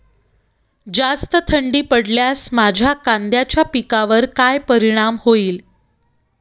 जास्त थंडी पडल्यास माझ्या कांद्याच्या पिकावर काय परिणाम होईल?